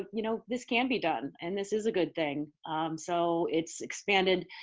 you know, this can be done and this is a good thing so it's expanded.